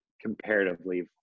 comparatively